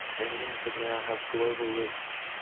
engines that now have global reach,